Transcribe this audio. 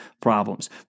problems